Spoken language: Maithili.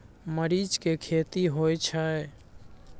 मरीच के खेती होय छय?